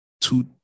two